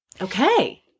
Okay